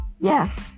Yes